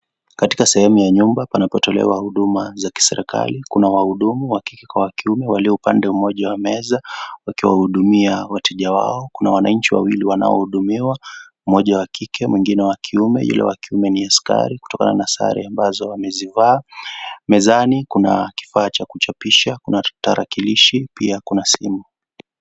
Katika sehemu ya nyumba panapotolewa huduma za kiserikali pana wahudumu wa kike kwa wa kiume walio upande mmoja wa meza wakiwahudumia wateja wao. Kuna wananchi wawili wanaohudumiwa, mmoja wa kike , mwengine wa kiume. Yule wa kiume ni askari kutokana na sare ambazo amezivaa. Mezani kuna kifaa cha kuchapisha, kuna tarakilishi. Pia kuna simu.